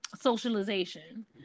socialization